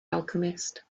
alchemist